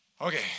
Okay